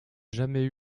jamais